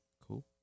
Cool